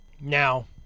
Now